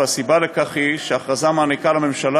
והסיבה לכך היא שההכרזה נותנת לממשלה